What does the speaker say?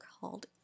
called